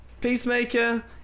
Peacemaker